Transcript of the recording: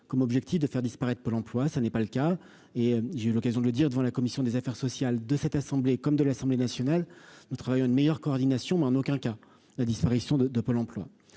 comme objectif de faire disparaître, pôle emploi, ça n'est pas le cas et j'ai eu l'occasion de le dire devant la commission des affaires sociales de cette assemblée comme de l'Assemblée nationale, nous travaillons à une meilleure coordination mais en aucun cas la disparition de de Pôle emploi